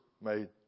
made